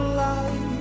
light